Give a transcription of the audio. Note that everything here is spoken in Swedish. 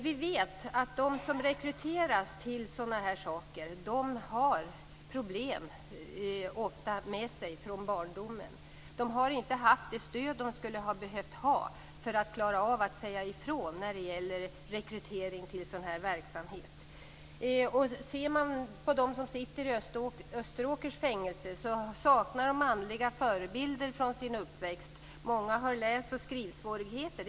Vi vet att de som rekryteras till sådana här saker ofta har problem med sig från barndomen. De har inte haft det stöd som de skulle ha behövt för att klara av att säga ifrån när det gäller rekrytering till sådan här verksamhet. Om man ser på dem som sitter i Österåkers fängelse visar det sig att de saknar manliga förebilder från sin uppväxt. Många har läs och skrivsvårigheter.